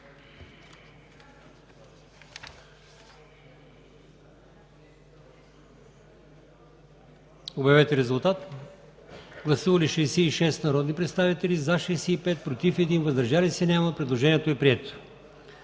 предложение. Гласували 93 народни представители: за 93, против и въздържали се няма. Предложението е прието.